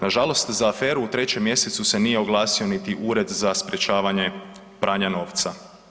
Nažalost za aferu u 3. mj. se nije oglasio niti Ured za sprječavanje pranja novca.